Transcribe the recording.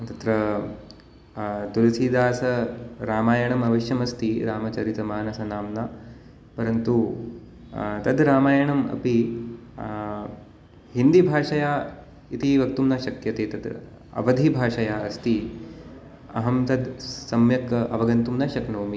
तत्र तुलसीदास रामायणम् अवश्यमस्ति रामचरितमानस नाम्ना परन्तु तद् रामायणम् अपि हिन्दीभाषया इति वक्तुं न शक्यते तत् अवधिभाषया अस्ति अहं तद् सम्यक् अवगन्तुं न शक्नोमि